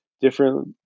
different